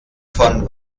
von